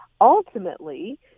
ultimately